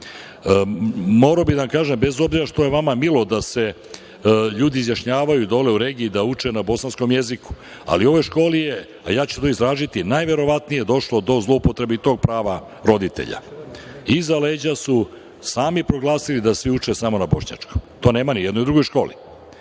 Morao bih da vam kažem, bez obzira što je vama milo da se ljudi izjašnjavaju dole u regiji da uče na bosanskom jeziku, ali u ovoj školi je, a ja ću to istražiti, najverovatnije došlo do zloupotrebe i tog prava roditelja. Iza leđa su sami proglasili da svi uče samo na bošnjačkom, to nema ni u jednoj drugoj školi.